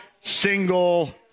single